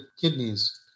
kidneys